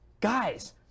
guys